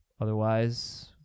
Otherwise